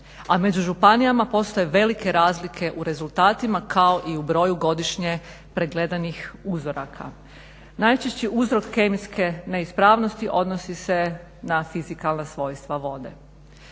a među županijama postoje velike razlike u rezultatima kao i u broju godišnje pregledanih uzoraka. Najčešći uzrok kemijske neispravnosti odnosi se na fizikalna svojstva vode.